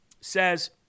says